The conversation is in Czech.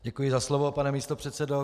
Děkuji za slovo, pane místopředsedo.